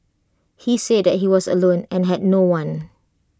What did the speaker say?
he said that he was alone and had no one